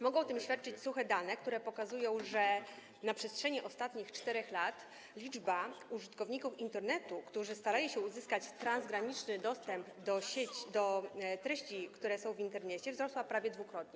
Mogą o tym świadczyć suche dane, które pokazują, że na przestrzeni ostatnich 4 lat liczba użytkowników Internetu, którzy starali się uzyskać transgraniczny dostęp do treści, które są w Internecie, wzrosła prawie dwukrotnie.